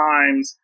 Times